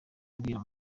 ambwira